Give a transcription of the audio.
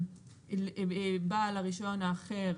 בעל הרישיון האחר